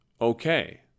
okay